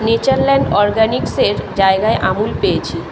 Natureland অরগ্যানিক্সের জায়গায় আমুল পেয়েছি